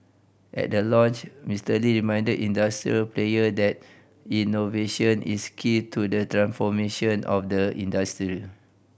at the launch Mister Lee reminded industry players that innovation is key to the transformation of the industry